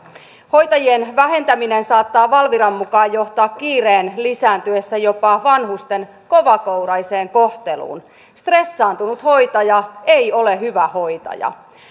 hoitajien vähentäminen saattaa valviran mukaan johtaa kiireen lisääntyessä jopa vanhusten kovakouraiseen kohteluun stressaantunut hoitaja ei ole hyvä hoitaja